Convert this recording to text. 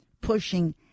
pushing